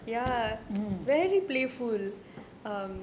mm